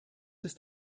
ist